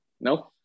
No